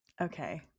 okay